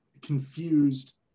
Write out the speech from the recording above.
confused